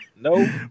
no